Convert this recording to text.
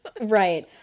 Right